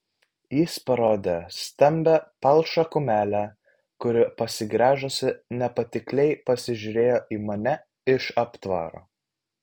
jis parodė stambią palšą kumelę kuri pasigręžusi nepatikliai pasižiūrėjo į mane iš aptvaro